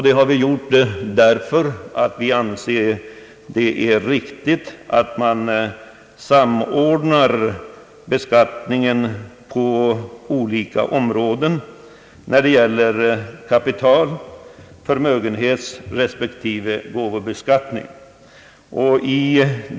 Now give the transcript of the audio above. Det har vi gjort därför att vi anser det riktigt att samordna beskattningen på olika områden när det gäller kapital-, förmögenhetsrespektive gåvobeskattning.